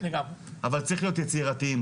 אבל צריך להיות יצירתיים.